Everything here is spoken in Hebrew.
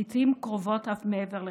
ולעיתים קרובות אף מעבר לכך.